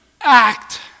act